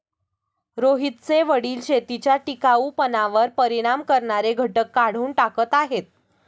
रोहितचे वडील शेतीच्या टिकाऊपणावर परिणाम करणारे घटक काढून टाकत आहेत